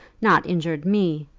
not injured me!